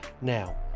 Now